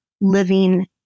living